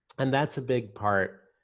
and that's a big part,